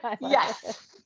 Yes